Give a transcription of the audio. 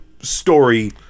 story